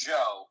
Joe